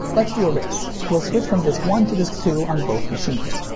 let's do a race. we'll switch from disc one to disc two on both machines.